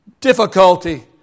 difficulty